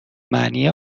معنی